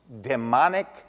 demonic